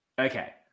Okay